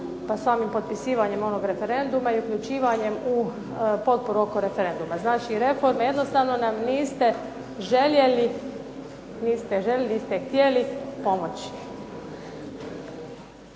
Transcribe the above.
pa samim potpisivanjem onog referenduma i uključivanjem u potporu oko referenduma. Znači, reforme jednostavno nam niste željeli, niste htjeli pomoći.